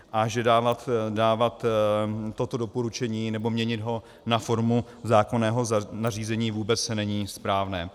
A že dávat toto doporučení nebo měnit ho na formu zákonného nařízení vůbec není správné.